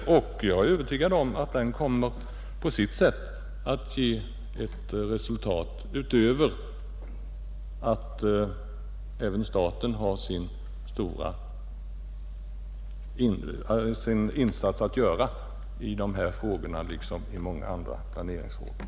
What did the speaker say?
Jag är övertygad om att den på sitt sätt kommer att leda till resultat utöver den insats som staten har att göra i dessa liksom i många andra planeringsfrågor.